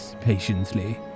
patiently